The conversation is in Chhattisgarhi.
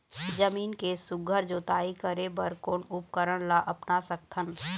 जमीन के सुघ्घर जोताई करे बर कोन उपकरण ला अपना सकथन?